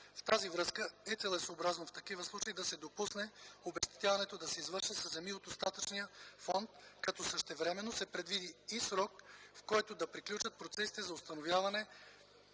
В тази връзка е целесъобразно в такива случаи да се допусне обезщетяването да се извършва със земи от остатъчния фонд като същевременно се предвиди и срок, в който да приключат процесите за установяване